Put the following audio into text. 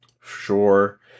Sure